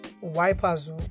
wipers